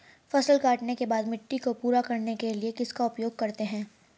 फसल काटने के बाद मिट्टी को पूरा करने के लिए किसका उपयोग करते हैं?